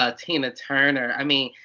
ah tina turner. i mean,